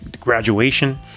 graduation